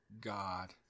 God